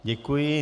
Děkuji.